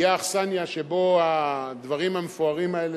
יהיה האכסניה שבה הדברים המפוארים האלה